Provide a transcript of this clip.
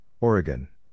Oregon